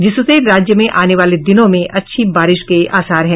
जिससे राज्य में आने वाले दिनों में अच्छी बारिश के आसार हैं